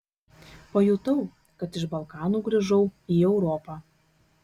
pajutau kad iš balkanų grįžau į europą